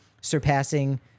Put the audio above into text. surpassing